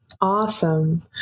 Awesome